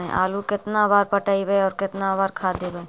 आलू केतना बार पटइबै और केतना बार खाद देबै?